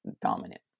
dominant